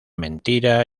mentira